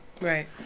Right